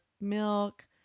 milk